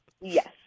Yes